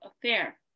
affair